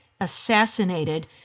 assassinated